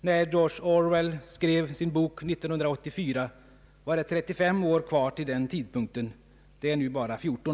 När George Orwell skrev sin bok ”1984” var det 35 år kvar till den tidpunkten — det är nu bara 14.